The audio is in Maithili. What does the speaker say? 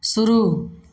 शुरू